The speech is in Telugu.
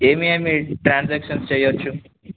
ఏమీ ఏమి ట్రాన్సాక్షన్స్ చెయొచ్చు